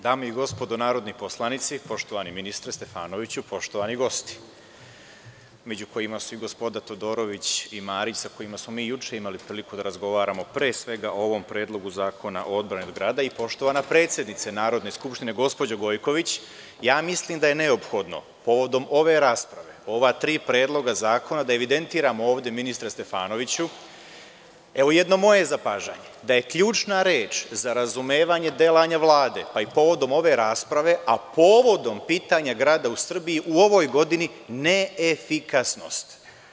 Dame i gospodo narodni poslanici, poštovani ministre Stefanoviću, poštovani gosti, među kojima su i gospodin Todorović i Marić sa kojima smo mi juče imali priliku da razgovaramo pre svega o ovom Predlogu zakona o odbrani od grada i poštovana predsednice Narodne skupštine gospođo Gojković, ja mislim da je neophodno povodom ove rasprave, ova tri predloga zakona da evidentiramo ovde, ministre Stefanoviću, evo jedno moje zapažanje da je ključna reč za razumevanje delanja Vlade i povodom ove rasprave, a povodom pitanja grada u Srbiji u ovoj godini - neefikasnost.